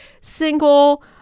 single